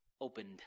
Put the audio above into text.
Opened